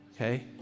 okay